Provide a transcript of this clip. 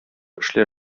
эшләр